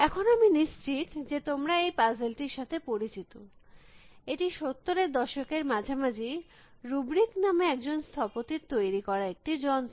এখন আমি নিশ্চিত যে তোমরা এই পাজেল টির সাথে পরিচিত এটি সত্তরের দশকের মাঝামাঝি রুবরিক নামে একজন স্থপতির তৈরী করা একটি যন্ত্র